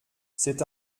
c’est